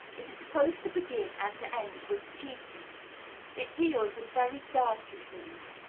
it is supposed to begin and to end with cheating it deals with very dirty things.